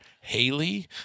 Haley